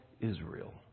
Israel